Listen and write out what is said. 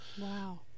Wow